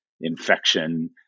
infection